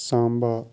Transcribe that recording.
Samba